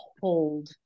hold